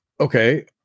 Okay